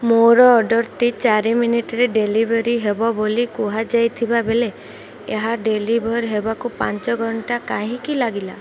ମୋର ଅର୍ଡ଼ର୍ଟି ଚାରି ମିନିଟ୍ରେ ଡେଲିଭର୍ ହେବ ବୋଲି କୁହାଯାଇଥିବା ବେଳେ ଏହା ଡେଲିଭର୍ ହେବାକୁ ପାଞ୍ଚ ଘଣ୍ଟା କାହିଁକି ଲାଗିଲା